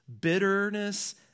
bitterness